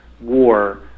war